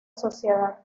sociedad